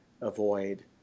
avoid